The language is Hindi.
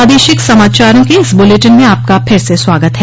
प्रादेशिक समाचारों के इस बुलेटिन में आपका फिर से स्वागत है